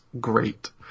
great